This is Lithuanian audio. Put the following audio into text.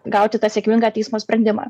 gauti tą sėkmingą teismo sprendimą